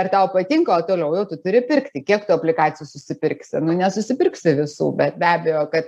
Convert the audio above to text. ar tau patinka o toliau jau tu turi pirkti kiek tu aplikacijų susipirksi nesusipirksi visų bet be abejo kad